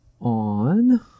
on